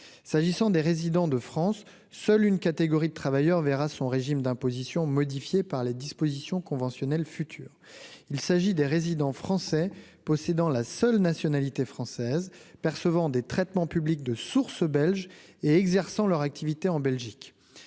s'agissant des résidents de France, seule une catégorie de travailleurs verra son régime d'imposition modifié par les dispositions conventionnelles futur, il s'agit des résidents français possédant la seule nationalité française percevant des traitements publics de sources belges et exerçant leur activité en Belgique,